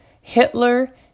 Hitler